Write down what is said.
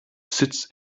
sits